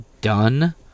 done